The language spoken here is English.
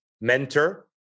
mentor